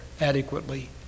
adequately